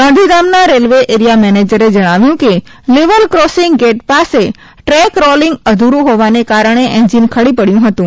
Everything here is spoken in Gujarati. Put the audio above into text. ગાંધીધામના રેલવે એરિયા મેનેજરે જણાવ્યું કે લેવલ ક્રોસિંગ ગેટ પાસે ટ્રેક રોલીંગ અધુરૂં હોવાના કારણે એન્જીન ખડી પડયું હતું